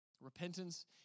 Repentance